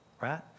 right